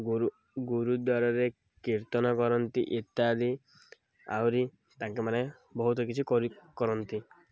ଗୁରୁ ଗୁରୁଦ୍ୱାରରେ କୀର୍ତ୍ତନ କରନ୍ତି ଇତ୍ୟାଦି ଆହୁରି ତାଙ୍କମାନେ ବହୁତ କିଛି କରି କରନ୍ତି